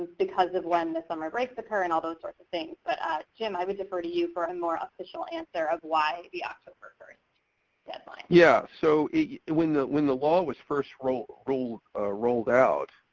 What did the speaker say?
because of when the summer breaks occur and all those sorts of things. but jim, i would defer to you for a and more official answer of why the october first deadline. yeah, so when the when the law was first rolled rolled ah out,